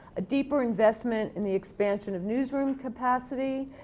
a deeper investment in the expansion of newsroom capacity,